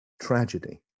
tragedy